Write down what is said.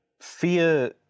fear